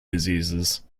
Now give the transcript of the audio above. diseases